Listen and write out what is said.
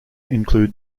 include